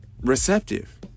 receptive